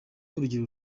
urugero